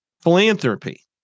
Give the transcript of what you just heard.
philanthropy